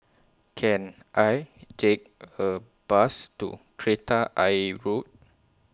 Can I Take A Bus to Kreta Ayer Road